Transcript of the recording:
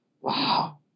wow